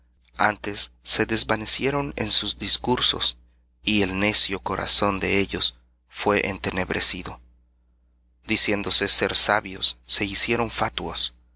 antes se desvanecieron en sus discursos y el necio corazón de ellos fué entenebrecido diciéndose ser sabios se hicieron fatuos